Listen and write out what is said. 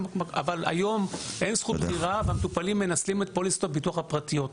היום אין זכות בחירה והמטופלים מנצלים את פוליסות הביטוח הפרטיות.